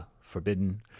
forbidden